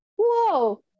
whoa